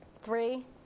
three